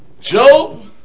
Job